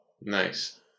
Nice